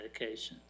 medications